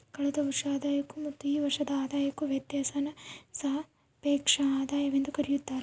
ಕಳೆದ ವರ್ಷದ ಆದಾಯಕ್ಕೂ ಮತ್ತು ಈ ವರ್ಷದ ಆದಾಯಕ್ಕೂ ವ್ಯತ್ಯಾಸಾನ ಸಾಪೇಕ್ಷ ಆದಾಯವೆಂದು ಕರೆಯುತ್ತಾರೆ